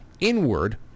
inward